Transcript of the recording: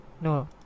no